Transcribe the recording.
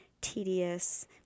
tedious